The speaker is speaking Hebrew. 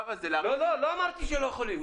הזה -- לא אמרתי שאנחנו לא יכולים.